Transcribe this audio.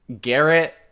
Garrett